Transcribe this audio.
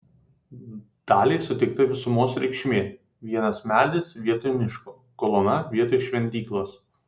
daliai suteikta visumos reikšmė vienas medis vietoj miško kolona vietoj šventyklos